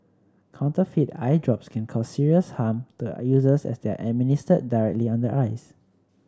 counterfeit eye drops can cause serious harm to users as they are administered directly on the eyes